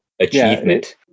achievement